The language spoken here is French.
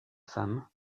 femme